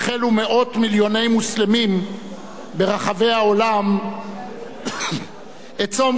מוסלמים ברחבי העולם את צום חודש הרמדאן,